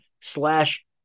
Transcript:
slash